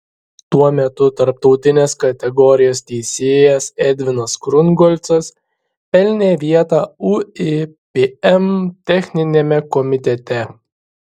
tuo metu tarptautinės kategorijos teisėjas edvinas krungolcas pelnė vietą uipm techniniame komitete